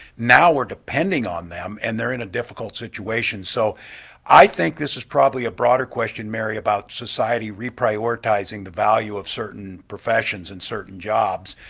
now we're depending on them and they're in a difficult situation so i think this is probably a broader question, mary, about society reprioritizing the value of certain professions and certain jobs.